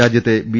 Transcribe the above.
രാജ്യത്തെ ബി